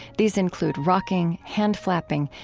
these include rocking, hand-flapping,